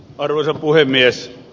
arvoisa puhemies